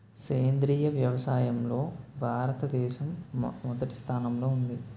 సేంద్రీయ వ్యవసాయంలో భారతదేశం మొదటి స్థానంలో ఉంది